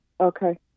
Okay